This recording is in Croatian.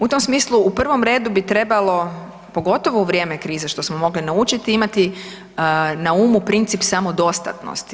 U tom smislu u prvom redu bi trebalo pogotovo u vrijeme krize što smo mogli naučiti imati na umu princip samodostatnosti.